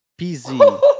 PZ